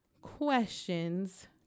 questions